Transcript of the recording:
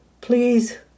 please